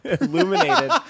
illuminated